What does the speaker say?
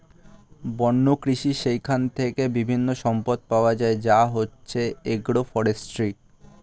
বন্য কৃষি যেইখান থেকে বিভিন্ন সম্পদ পাওয়া যায় যা হচ্ছে এগ্রো ফরেষ্ট্রী